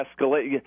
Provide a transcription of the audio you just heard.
escalate